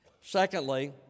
Secondly